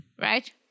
Right